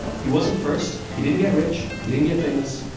he wasn't first, he didn't get rich, he didn't get famous,